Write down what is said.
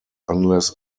unless